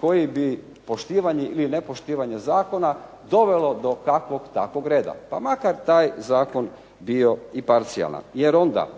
koji bi poštivanje ili nepoštivanje zakona dovelo do kakvog takvog reda. Pa makar taj zakon bio i parcijalan. Jer onda